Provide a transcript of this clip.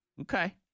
Okay